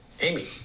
Amy